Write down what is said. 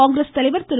காங்கிரஸ் தலைவர் திரு